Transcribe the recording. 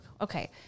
Okay